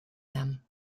them